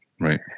Right